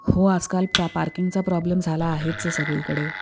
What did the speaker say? हो आजकाल प्रा पार्किंगचा प्रॉब्लेम झाला आहेच आहे सगळीकडे